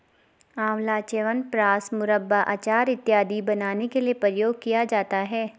आंवला च्यवनप्राश, मुरब्बा, अचार इत्यादि बनाने के लिए प्रयोग किया जाता है